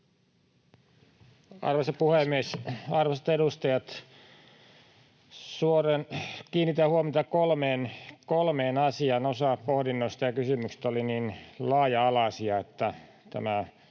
Arvoisa puhemies! Arvoisat edustajat! Kiinnitän huomiota kolmeen asiaan. Osa pohdinnoista ja kysymyksistä oli niin laaja-alaisia, että tämä